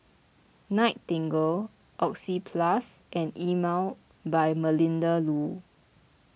Nightingale Oxyplus and Emel by Melinda Looi